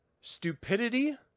stupidity